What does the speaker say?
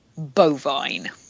Bovine